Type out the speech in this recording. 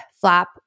flap